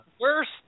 worst